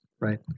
right